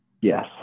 Yes